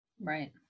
Right